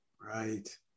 Right